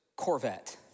Corvette